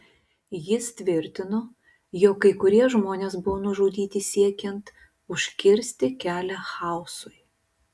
jis tvirtino jog kai kurie žmonės buvo nužudyti siekiant užkirsti kelią chaosui